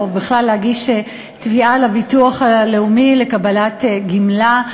בכלל להגיש תביעה לביטוח הלאומי לקבלת גמלה.